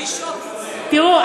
תראו,